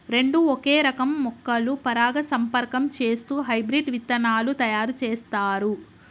రెండు ఒకే రకం మొక్కలు పరాగసంపర్కం చేస్తూ హైబ్రిడ్ విత్తనాలు తయారు చేస్తారు